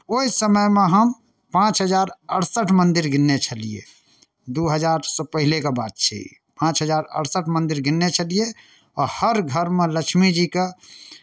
ओहि समयमे हम पाँच हजार अड़सठि मन्दिर गिनने छलियै दू हजारसँ पहिलेके बात छै ई पाँच हजार अड़सठि मन्दिर गिनने छलियै आ हर घरमे लक्ष्मीजीके